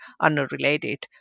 unrelated